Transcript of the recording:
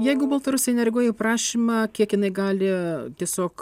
jeigu baltarusija nereaguoja į prašymą kiek jinai gali tiesiog